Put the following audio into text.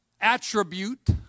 attribute